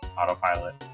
autopilot